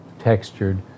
textured